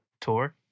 tour